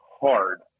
hard